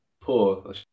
poor